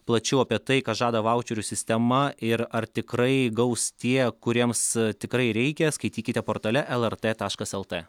plačiau apie tai ką žada vaučerių sistema ir ar tikrai gaus tie kuriems tikrai reikia skaitykite portale el er t taškas el t